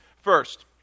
First